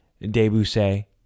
Debussy